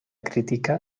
crítica